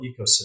ecosystem